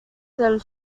del